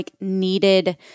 needed